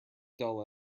dull